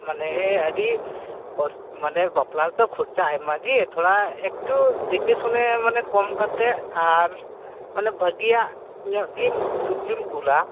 ᱢᱟᱱᱮ ᱟ ᱰᱤ ᱠᱚᱥ ᱢᱟᱱᱮ ᱵᱟᱯᱞᱟ ᱛᱚ ᱠᱷᱚᱨᱪᱟ ᱟᱭᱢᱟ ᱜᱮ ᱛᱷᱚᱲᱟ ᱮᱠᱴᱩ ᱫᱮᱠᱷᱤᱥᱩᱱᱮ ᱢᱟᱱᱮ ᱠᱚᱢ ᱠᱟᱛᱮᱫ ᱟᱨ ᱢᱟᱱᱮ ᱵᱷᱟ ᱜᱤᱭᱟᱜ ᱧᱚᱜ ᱜᱮᱢ ᱥᱚᱵᱡᱤᱢ ᱠᱩᱞᱟ